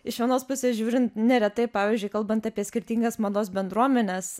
iš vienos pusės žiūrint neretai pavyzdžiui kalbant apie skirtingas mados bendruomenes